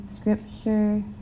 scripture